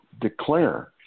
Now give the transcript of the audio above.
declare